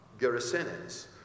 Gerasenes